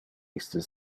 iste